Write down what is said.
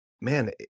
man